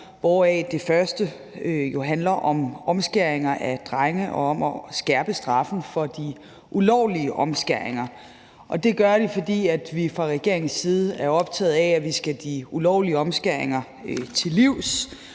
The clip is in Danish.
hvoraf det første handler om omskæringer af drenge og om at skærpe straffen for de ulovlige omskæringer. Det gør det, fordi vi fra regeringens side er optaget af, at vi skal de ulovlige omskæringer til livs,